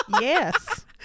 Yes